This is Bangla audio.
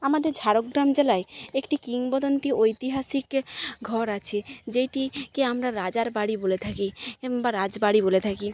আমাদের ঝাড়গ্রাম জেলায় একটি কিংবদন্তী ঐতিহাসিক ঘর আছে যেইটি কে আমরা রাজার বাড়ি বলে থাকি কিম্বা রাজবাড়ি বলে থাকি